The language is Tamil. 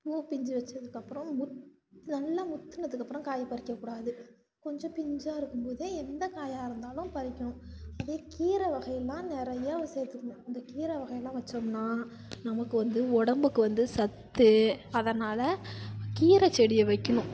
பூ பிஞ்சு வைச்சதுக்கப்பறம் முத் நல்லா முத்தினதுக்கு அப்புறம் காய் பறிக்கக்கூடாது கொஞ்சம் பிஞ்சாக இருக்கும் போதே எந்த காயாக இருந்தாலும் பறிக்கணும் அதே கீரை வகையெலாம் நிறையா சேர்த்துக்கணும் அந்த கீரை வகையெல்லாம் வைச்சோம்னா நமக்கு வந்து உடம்புக்கு வந்து சத்து அதனால் கீரை செடியை வைக்கணும்